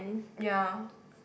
ya